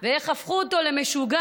ואיך הפכו אותו למשוגע.